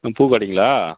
ஆ பூக்கடைங்களா